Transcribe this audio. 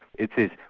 it is.